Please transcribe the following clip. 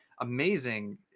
amazing